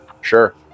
sure